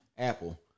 Apple